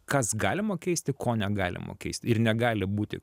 kas galima keisti ko negalima keisti ir negali būti